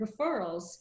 referrals